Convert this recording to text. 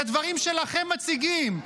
את הדברים שלכם מציגים.